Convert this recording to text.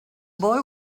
boy